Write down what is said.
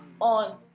on